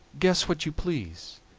guess what you please.